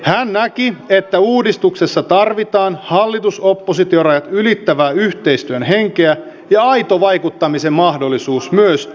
hän näki että uudistuksessa tarvitaan hallitusoppositio rajat ylittävää yhteistyön henkeä ja aito vaikuttamisen mahdollisuus myös oppositiolle